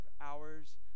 hours